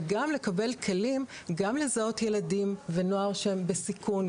וגם לקבל כלים גם לזהות ילדים ונוער שהם בסיכון,